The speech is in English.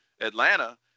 Atlanta